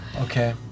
Okay